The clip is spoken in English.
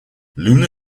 lunar